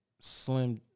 Slim